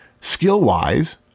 Skill-wise